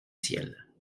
ciel